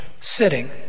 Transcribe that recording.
sitting